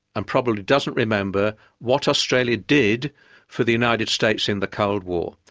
and probably doesn't remember what australia did for the united states in the cold war.